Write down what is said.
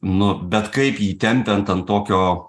nu bet kaip jį tempiant ant tokio